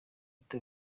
ati